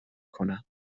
کنم